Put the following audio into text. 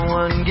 one